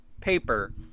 paper